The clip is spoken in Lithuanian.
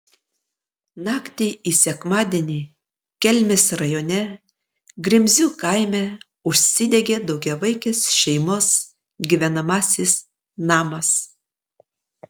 naktį į sekmadienį kelmės rajone grimzių kaime užsidegė daugiavaikės šeimos gyvenamasis namas